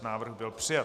Návrh byl přijat.